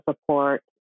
support